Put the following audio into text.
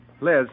Liz